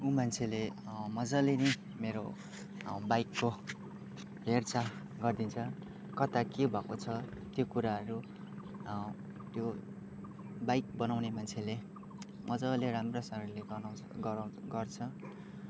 उ मान्छेले मज्जले नै मेरो बाइकको हेरचाह गरिदिन्छ कता के भएको छ त्यो कुराहरू त्यो बाइक बनाउने मान्छेले मज्जाले राम्रोसँगले गराउ गराउँछ गर्छ